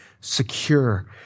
secure